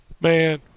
Man